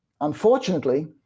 unfortunately